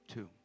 Two